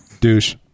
Douche